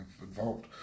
involved